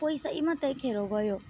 पैसै मात्रै खेर गयो